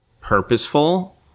purposeful